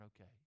okay